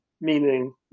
meaning